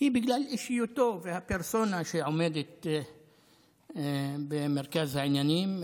זה בגלל האישיות והפרסונה שעומדת במרכז העניינים,